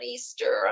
Easter